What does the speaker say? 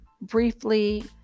briefly